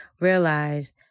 realize